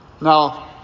Now